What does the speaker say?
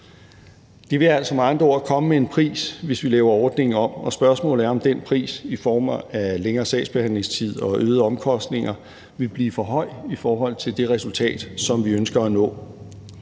med andre ord komme med en pris, hvis vi laver ordningen om, og spørgsmålet er, om den pris i form af længere sagsbehandlingstid og øgede omkostninger vil blive for høj i forhold til det resultat, som vi ønsker at nå.